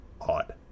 Odd